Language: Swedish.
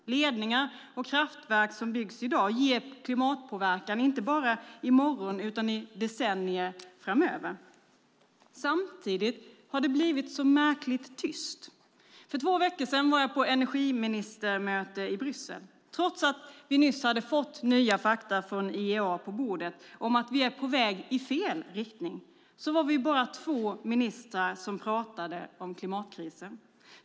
Ledningar och kraftverk som byggs i dag ger klimatpåverkan inte bara i morgon utan i decennier framöver. Samtidigt har det blivit så märkligt tyst. För två veckor sedan var jag på energiministermöte i Bryssel. Trots att vi nyss hade fått nya fakta från IEA på bordet om att vi är på väg i fel riktning var vi bara två ministrar som pratade om klimatkrisen.